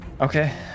Okay